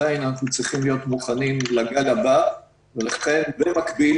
עדיין צריכים להיות מוכנים לגל הבא ולכן במקביל,